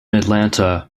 atlanta